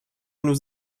nous